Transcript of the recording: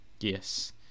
yes